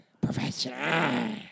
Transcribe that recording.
Professional